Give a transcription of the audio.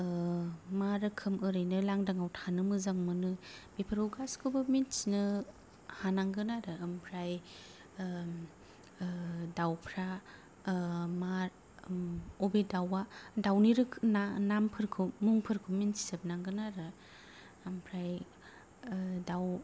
रोखोम एरैनो लांदांआव थानो मोजां मोनो बेफोरआव गासिखौबो मिन्थिनो हानांगोन आरो आमफ्राय दाउफ्रा मार अबे दाउआ दाउनि रोखोम नामफोरखौ मुंफोरखौ मिन्थिजोबनांगोन आरो आमफ्राय दाउ